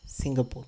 Singapore